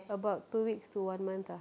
about two weeks to one month ah